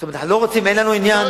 אין לנו עניין